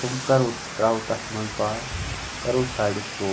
تِم کَرٕووکھ تراووکھ اَتھ مَنٛزٕ باگ کَرو سایڑس رول